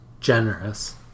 generous